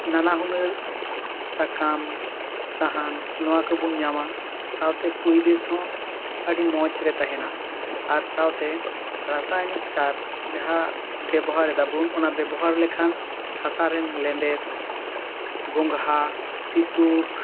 ᱱᱟᱱᱟ ᱦᱩᱱᱟᱹᱨ ᱥᱟᱠᱟᱢ ᱥᱟᱦᱟᱱ ᱱᱚᱣᱟ ᱠᱚ ᱵᱚᱱ ᱧᱟᱢᱟ ᱥᱟᱶᱛᱮ ᱯᱚᱨᱤᱵᱮᱥ ᱦᱚᱸ ᱟᱹᱰᱤ ᱢᱚᱡᱽ ᱨᱮ ᱛᱟᱦᱮᱱᱟ ᱟᱨ ᱥᱟᱶᱛᱮ ᱨᱟᱥᱟᱭᱱᱤᱠ ᱥᱟᱨ ᱡᱟᱦᱟᱸ ᱵᱮᱵᱚᱦᱟᱨ ᱮᱫᱟ ᱵᱚᱱ ᱚᱱᱟ ᱵᱮᱵᱚᱦᱟᱨ ᱞᱮᱠᱷᱟᱱ ᱦᱟᱥᱟ ᱨᱮᱱ ᱞᱮᱱᱰᱮᱫ ᱜᱚᱝᱜᱷᱟ ᱥᱤᱛᱩᱠ